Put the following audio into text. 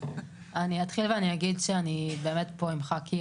אני אתחיל ואני אגיד שאני באמת פה עם חאקי,